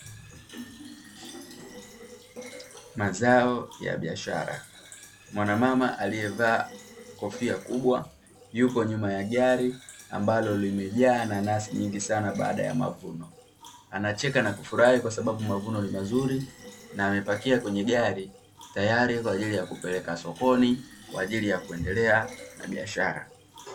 Mazao ya biashara, mwanamama aliyevaa kofia kubwa yupo nyuma ya gari ambalo limejaa na nanasi nyingi sana baada ya mavuno anacheka na kufurahi kwa sababu mavuno ni mazuri na amepakia kwenye gari tayari kwa ajili ya kupeleka sokoni kwa ajili ya kuendelea na biashara.